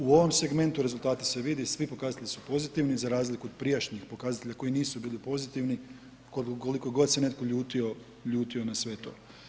U ovom segmentu rezultati se vide i svi pokazatelji su pozitivni za razliku od prijašnjih pokazatelja koji nisu bili pozitivni koliko god se netko ljutio, ljutio na sve to.